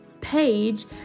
page